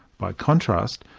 by contrast,